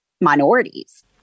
minorities